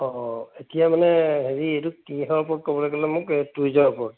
অ' এতিয়া মানে হেৰি এইটো কিহৰ ওপৰত ক'বলৈ ক'লে মোক টুৰিজিমৰ ওপৰত